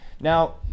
Now